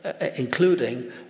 including